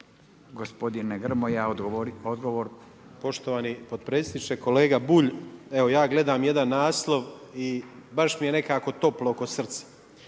**Grmoja, Nikola (MOST)** Poštovani potpredsjedniče, kolega Bulj evo ja gledam jedan naslov i baš mi je nekako toplo oko srca.